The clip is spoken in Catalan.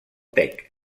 tec